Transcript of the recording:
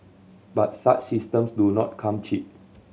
but such systems do not come cheap